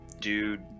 Dude